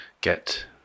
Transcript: get